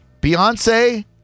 beyonce